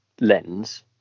lens